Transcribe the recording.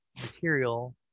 material